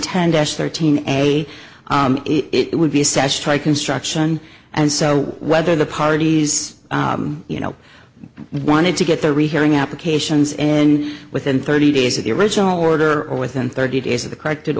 deaths thirteen a it would be assessed try construction and so whether the parties you know wanted to get the rehearing applications and within thirty days of the original order or within thirty days of the corrected